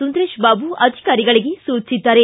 ಸುಂದರೇಶ್ ಬಾಬು ಅಧಿಕಾರಿಗಳಿಗೆ ಸೂಜಿಸಿದ್ದಾರೆ